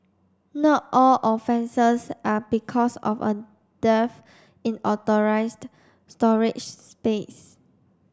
not all offences are because of a dearth in authorised storage space